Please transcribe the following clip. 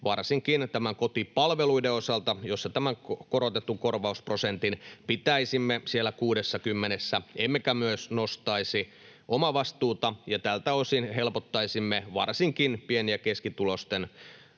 varsinkin kotipalveluiden osalta, jossa tämän korotetun korvausprosentin pitäisimme siellä 60:ssä emmekä myöskään nostaisi omavastuuta, ja tältä osin helpottaisimme varsinkin pieni- ja keskituloisten